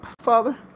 father